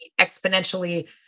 exponentially